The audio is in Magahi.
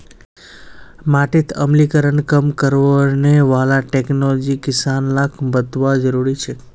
माटीत अम्लीकरण कम करने वाला टेक्नोलॉजी किसान लाक बतौव्वा जरुरी छेक